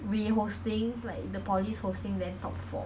you know 我是大角色 leh